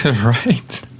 Right